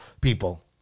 people